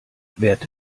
werte